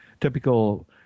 typical